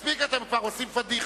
מספיק, אתם כבר עושים פאדיחה.